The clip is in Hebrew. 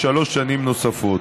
בשלוש שנים נוספות.